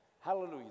hallelujah